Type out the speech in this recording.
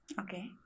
okay